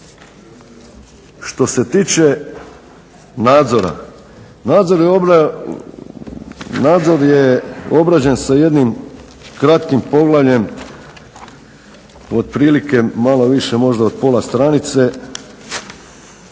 Što se toče nadzora, nadzor je obrađen sa jednim kratkim poglavljem otprilike malo više možda od pola stranice,